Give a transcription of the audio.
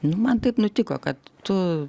nu man taip nutiko kad tu